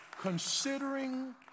considering